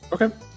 Okay